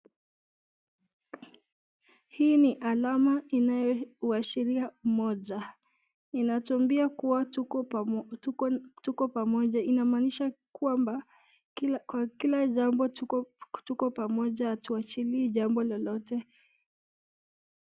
Hii ni alama inayoashiria moja. Inatuambia kwamba tuko pamo tuko tuko pamoja. Inamaanisha kwamba kila kwa kila jambo tuko tuko pamoja hatuachilii jambo lolote.